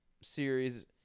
series